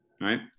right